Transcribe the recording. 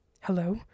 Hello